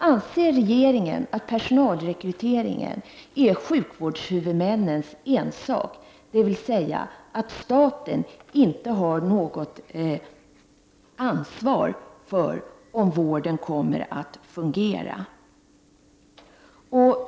Anser regeringen att personalrekryteringen är sjukvårdshuvudmännens ensak, dvs. att staten inte har något ansvar för om vården kommer att fungera eller inte?